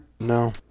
No